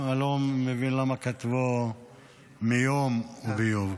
אני לא מבין למה כתבו "מיום וביוב".